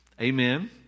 Amen